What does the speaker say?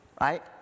right